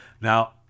now